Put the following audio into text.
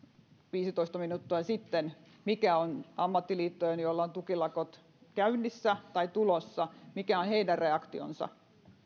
viisitoista minuuttia sitten mikä on ammattiliittojen joilla on tukilakot käynnissä tai tulossa reaktio